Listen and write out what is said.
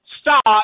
start